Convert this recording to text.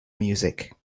music